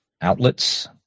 outlets